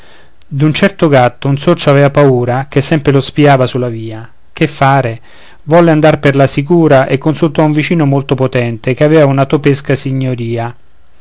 topi d'un certo gatto un sorcio avea paura che sempre lo spiava sulla via che fare volle andar per la sicura e consultò un vicin molto potente che aveva una topesca signoria